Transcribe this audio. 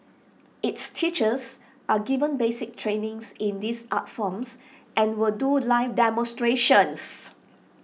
its teachers are given basic training in these art forms and will do live demonstrations